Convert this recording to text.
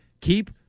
Keep